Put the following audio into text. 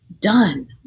done